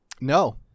No